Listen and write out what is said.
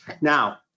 now